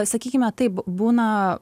sakykime taip būna